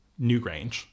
Newgrange